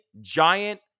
giant